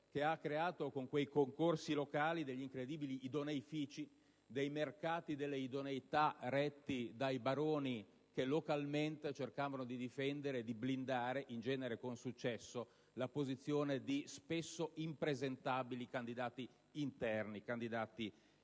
che ha creato, con quei concorsi locali, incredibili idoneifici, mercati delle idoneità retti dai baroni che localmente cercavano di difendere e di blindare - in genere con successo - la posizione di spesso impresentabili candidati interni, indigeni.